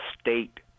state